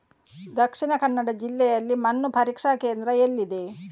ದಕ್ಷಿಣ ಕನ್ನಡ ಜಿಲ್ಲೆಯಲ್ಲಿ ಮಣ್ಣು ಪರೀಕ್ಷಾ ಕೇಂದ್ರ ಎಲ್ಲಿದೆ?